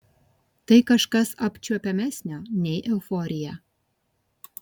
tai kažkas apčiuopiamesnio nei euforija